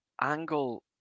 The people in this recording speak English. angle